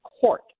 Court